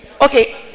Okay